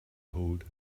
hold